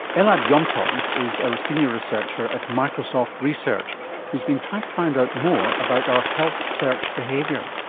elad yom tov is a senior researcher at microsoft research who has been trying to find out more about our health search behaviour.